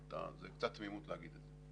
זה קצת תמימות להגיד את זה.